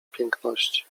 piękności